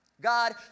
God